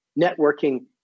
networking